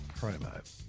Promo